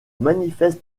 manifeste